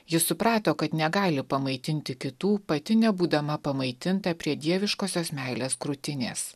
ji suprato kad negali pamaitinti kitų pati nebūdama pamaitinta prie dieviškosios meilės krūtinės